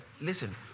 Listen